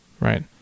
Right